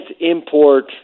import